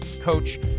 coach